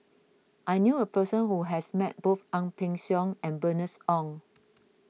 I knew a person who has met both Ang Peng Siong and Bernice Ong